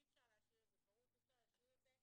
אי אפשר להשאיר את זה פרוץ, אי אפשר להשאיר את זה